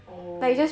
oh